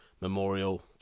memorial